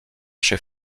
chez